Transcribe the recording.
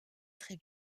très